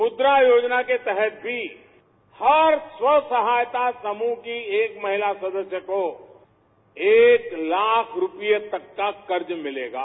मुद्रा योजना के तहतभी हर स्व सहाय्यता समूह की एक महिला सदस्य को एक लाख रूपये तक का कर्ज मिलेगा